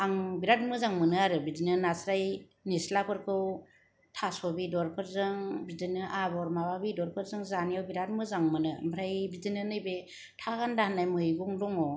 आं बिराद मोजां मोनो आरो बिदिनो नास्राइ निस्लाफोरखौ थास' बेदरफोरजों बिदिनो आबर माबा बेदरफोरजों जानो बिराद मोजां मोनो बिदिनो नैबे था गानदा होननाय मैगं दङ